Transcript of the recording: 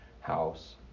house